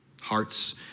hearts